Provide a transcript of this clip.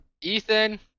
Ethan